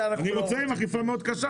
אני רוצה עם אכיפה מאוד קשה.